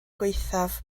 gwaethaf